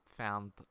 found